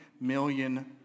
million